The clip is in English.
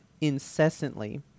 incessantly